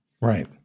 Right